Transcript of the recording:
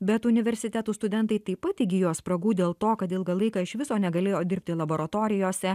bet universitetų studentai taip pat įgijo spragų dėl to kad ilgą laiką iš viso negalėjo dirbti laboratorijose